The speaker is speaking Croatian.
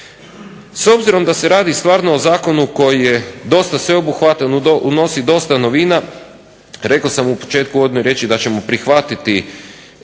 S obzirom da se radi stvarno o zakonu koji je dosta sveobuhvatan, unosi dosta novina, rekao sam u početku u uvodnoj riječi da ćemo prihvatiti